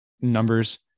numbers